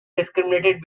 discriminated